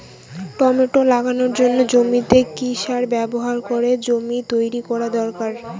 Tomato লাগানোর জন্য জমিতে কি সার ব্যবহার করে জমি তৈরি করা দরকার?